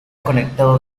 conectado